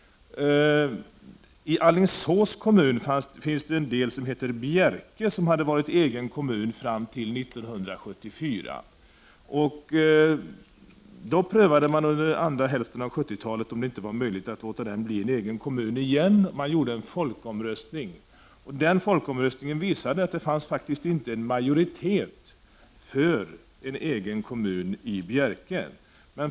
I Alingsås kommun finns en del som heter Bjärke, som hade varit egen kommun fram till 1974. Under andra hälften av 70-talet prövade man om det inte var möjligt att låta Bjärke bli en egen kommun igen. En folkomröstning genomfördes. Den visade att det faktiskt inte fanns majoritet för att Bjärke skulle bli en egen kommun.